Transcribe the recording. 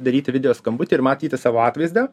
daryti video skambutį ir matyti savo atvaizdą